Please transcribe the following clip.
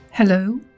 Hello